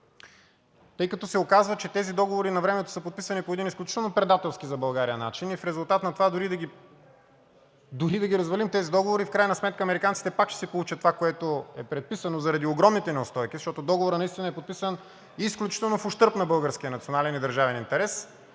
1 и 3. Оказва, че тези договори навремето са подписани по един изключително предателски за България начин. В резултат на това, и дори да ги развалим тези договори, в крайна сметка американците пак ще си получат това, което е предписано заради огромните неустойки, защото договорът наистина е подписан изключително в ущърб на българския национален и държавен интерес,